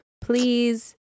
Please